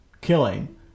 killing